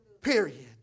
period